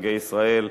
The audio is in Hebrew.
חגי ישראל.